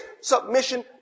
submission